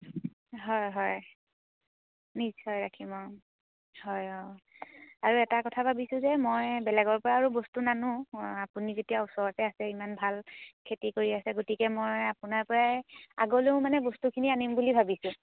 হয় হয় নিশ্চয় ৰাখিম অঁ হয় অঁ আৰু এটা কথা ভাবিছোঁ যে মই বেলেগৰপৰা আৰু বস্তু নানোঁ আপুনি যেতিয়া ওচৰতে আছেই ইমান ভাল খেতি কৰি আছে গতিকে মই আপোনাৰপৰাই আগলৈও মানে বস্তুখিনি আনিম বুলি ভাবিছোঁ